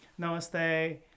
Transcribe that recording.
namaste